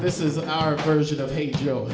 this is our version of a joke